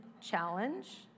challenge